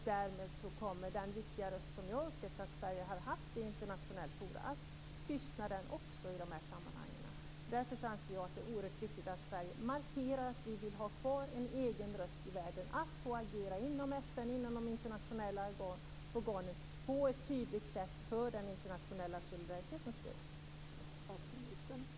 Därmed kommer den viktiga röst som jag har upplevt att Sverige har haft i internationella forum att tystna i de här sammanhangen. Därför anser jag att det är oerhört viktigt att Sverige markerar att vi vill ha kvar en egen röst i världen för att kunna agera inom FN och andra internationella organ på ett tydligt sätt för den internationella solidaritetens skull.